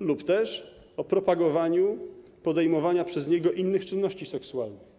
lub też o propagowaniu podejmowania przez niego innych czynności seksualnych.